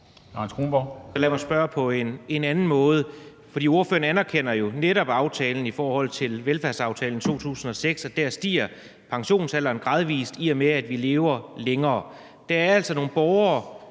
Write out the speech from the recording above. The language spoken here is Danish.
Anders Kronborg (S): Lad mig spørge på en anden måde: Ordføreren erkender jo netop velfærdsaftalen i 2006, og der stiger pensionsalderen gradvist, i og med at vi lever længere. Der er altså nogle borgere,